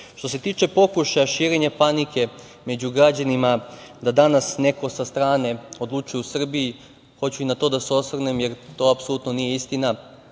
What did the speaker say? se tiče pokušaja širenja panike među građanima da danas neko sa strane odlučuje u Srbiji, hoću i na to da se osvrnem, jer to apsolutno nije istina,